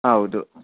ಹೌದು